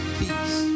peace